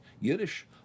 Yiddish